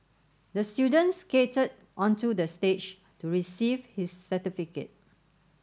the students skated onto the stage to receive his certificate